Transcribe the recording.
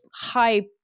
high